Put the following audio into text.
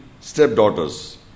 stepdaughters